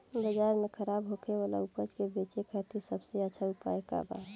बाजार में खराब होखे वाला उपज के बेचे खातिर सबसे अच्छा उपाय का बा?